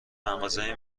مغازه